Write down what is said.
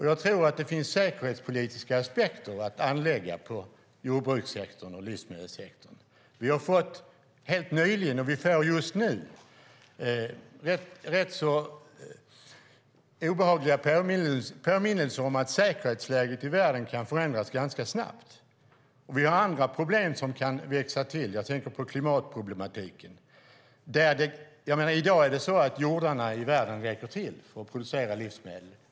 Jag tror att det finns säkerhetspolitiska aspekter att anlägga på jordbrukssektorn och livsmedelssektorn. Vi får just nu rätt obehagliga påminnelser om att säkerhetsläget i världen kan förändras ganska snabbt, och vi har andra problem som kan växa till. Jag tänker på klimatproblematiken. I dag räcker jordarna i världen till för att producera livsmedel.